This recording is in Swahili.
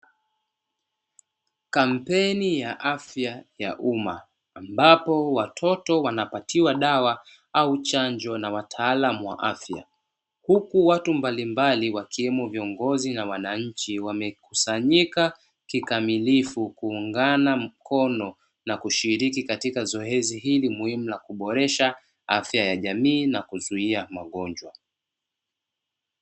Kampeni ya afya ya umma ambapo watoto wanapatiwa dawa au chanjo na wataalamu wa afya, huku watu mbalimbali wakiwemo viongozi na wananchi wamekusanyika kikamilifu kuunga mkono na kushiriki katika zoezi hili muhimu la kuboresha afya ya jamii na kuzuia magonjwa.